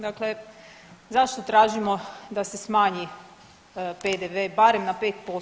Dakle, zašto tražimo da se smanji PDV barem na 5%